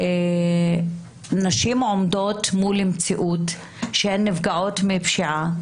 שנשים עומדות מול מציאות שהן נפגעות מפשיעה,